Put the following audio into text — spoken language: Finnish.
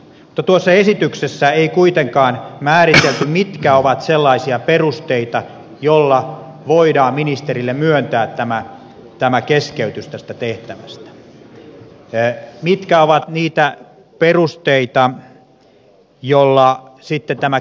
mutta tuossa esityksessä ei kuitenkaan määritelty mitkä ovat sellaisia perusteita joilla voidaan ministerille myöntää tämä keskeytys tästä tehtävästä ja mitkä ovat niitä perusteita joilla sitten tämä keskeytys mahdollisesti keskeytetään